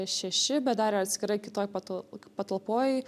šeši bet dar atskirai kitoj patal patalpoj